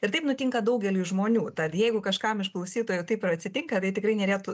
ir taip nutinka daugeliui žmonių tad jeigu kažkam iš klausytojų taip ir atsitinka tai tikrai nerėtų